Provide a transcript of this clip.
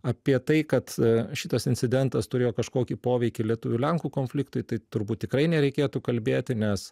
apie tai kad šitas incidentas turėjo kažkokį poveikį lietuvių lenkų konfliktui tai turbūt tikrai nereikėtų kalbėti nes